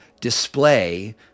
display